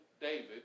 David